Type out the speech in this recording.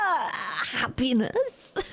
happiness